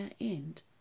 end